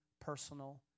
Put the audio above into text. personal